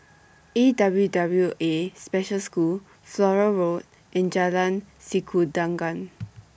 A W W A Special School Flora Road and Jalan Sikudangan